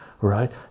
right